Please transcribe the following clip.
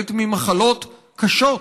שסובלת ממחלות קשות.